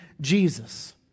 Jesus